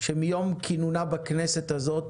שמיום כינונה בכנסת הזאת,